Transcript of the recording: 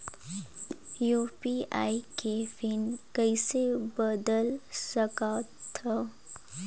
UPI के PIN कइसे बदल सकथव?